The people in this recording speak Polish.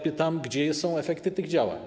Pytam: Gdzie są efekty waszych działań?